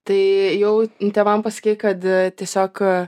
tai jau tėvam pasakei kad tiesiog